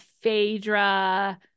Phaedra